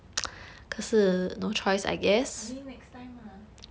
I mean next time ah